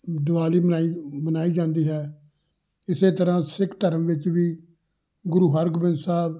ਦਿਵਾਲੀ ਮਨਾਈ ਮਨਾਈ ਜਾਂਦੀ ਹੈ ਇਸੇ ਤਰ੍ਹਾਂ ਸਿੱਖ ਧਰਮ ਵਿੱਚ ਵੀ ਗੁਰੂ ਹਰਗੋਬਿੰਦ ਸਾਹਿਬ